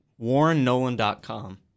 WarrenNolan.com